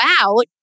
out